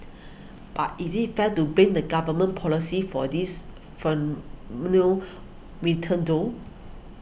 but is it fair to blame the government's policy for this fen menu ray ten though